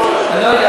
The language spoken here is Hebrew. אני לא יודע.